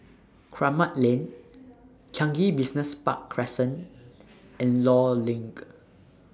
Kramat Lane Changi Business Park Crescent and law LINK